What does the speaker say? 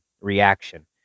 Reaction